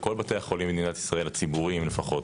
כל בתי החולים במדינת ישראל הציבוריים לפחות